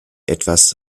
etwas